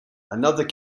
another